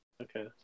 Okay